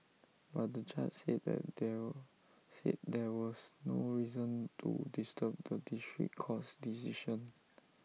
but the judge said that there said there was no reason to disturb the district court's decision